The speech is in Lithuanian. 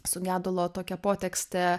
su gedulo tokia potekste